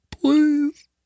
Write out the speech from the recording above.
Please